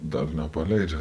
dar nepaleidžia